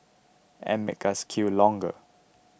and make us queue longer